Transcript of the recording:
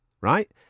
right